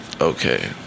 okay